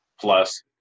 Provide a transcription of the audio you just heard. Plus